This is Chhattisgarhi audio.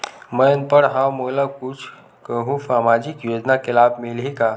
मैं अनपढ़ हाव मोला कुछ कहूं सामाजिक योजना के लाभ मिलही का?